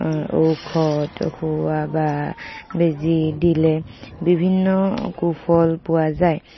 ঔষধ খুওৱা বা বেজী দিলে বিভিন্ন কু ফল পোৱা যায়